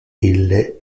ille